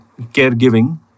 caregiving